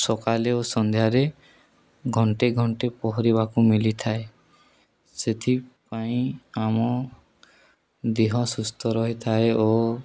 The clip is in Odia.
ସକାଳେ ଓ ସନ୍ଧ୍ୟାରେ ଘଣ୍ଟେ ଘଣ୍ଟେ ପହଁରିବାକୁ ମିଳିଥାଏ ସେଥିପାଇଁ ଆମ ଦେହ ସୁସ୍ଥ ରହିଥାଏ ଓ